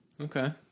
Okay